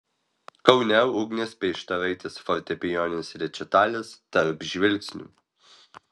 kaune ugnės peištaraitės fortepijoninis rečitalis tarp žvilgsnių